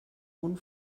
punt